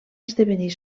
esdevenir